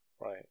Right